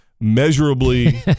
measurably